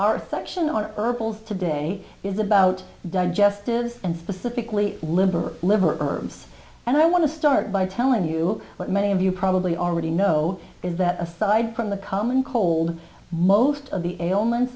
arthur action or herbals today is about digestives and specifically liver liver herbs and i want to start by telling you what many of you probably already know is that aside from the common cold most of the ailments